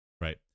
Right